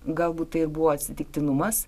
galbūt tai buvo atsitiktinumas